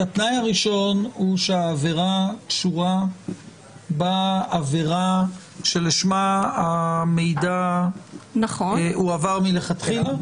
התנאי הראשון הוא שהעבירה קשורה בעבירה שלשמה המידע הועבר מלכתחילה?